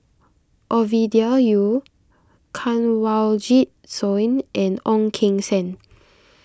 Ovidia Yu Kanwaljit Soin and Ong Keng Sen